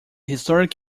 historic